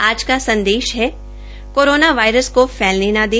आज का संदेश है कोरोना वायरस को फैलने न दे